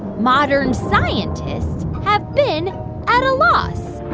modern scientists have been at a loss.